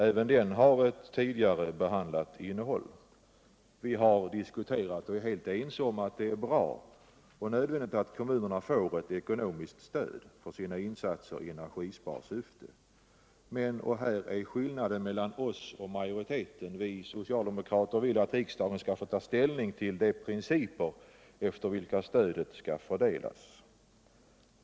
Även den har ett tidigare behandlat innehåll. Vi har diskuterat och är helt ense om au det är bra och nödvändigt att kommunerna får ekonomiskt stöd för sina insatser i energisparsyfie. Skillnaden mellan oss socialdemokrater och majoriteten ligger i att vi vill att riksdagen skall få ta ställning till de principer efter vilka stödet skall fördelas.